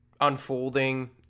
unfolding